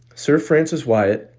sir francis wyatt,